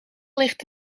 ligt